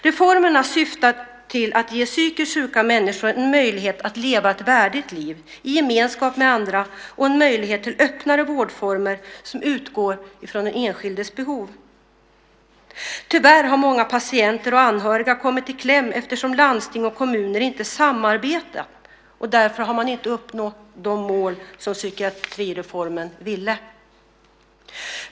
Reformerna syftade till att ge psykiskt sjuka människor en möjlighet att leva ett värdigt liv i gemenskap med andra och en möjlighet till öppnare vårdformer som utgår från den enskildes behov. Tyvärr har många patienter och anhöriga kommit i kläm eftersom landsting och kommuner inte har samarbetat, och därför har man inte uppnått de mål som fanns med psykiatrireformen.